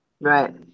Right